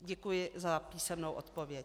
Děkuji za písemnou odpověď.